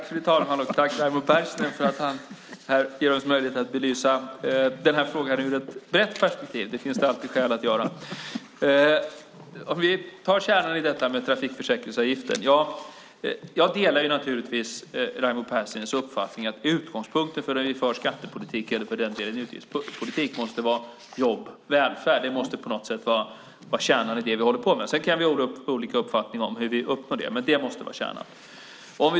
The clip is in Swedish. Fru talman! Tack till Raimo Pärssinen som ger oss möjlighet att belysa frågan ur ett brett perspektiv. Det finns det alltid skäl att göra. Jag delar naturligtvis Raimo Pärssinens uppfattning att utgångspunkten för skattepolitiken och utgiftspolitiken måste vara jobb och välfärd, det måste vara kärnan i det vi håller på med. Sedan kan vi ha olika uppfattningar om hur vi uppnår det, men det måste vara kärnan.